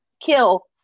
kill